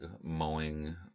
mowing